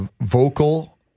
vocal